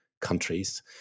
countries